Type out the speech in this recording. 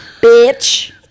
bitch